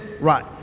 right